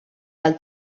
del